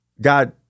God